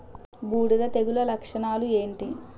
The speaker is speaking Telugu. బూడిద తెగుల లక్షణాలు ఏంటి?